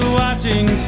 watching